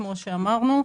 כמו אמרנו.